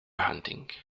hunting